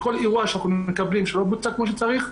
בכל אירוע שאנחנו מקבלים שלא בוצע כמו שצריך,